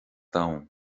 donn